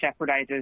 jeopardizes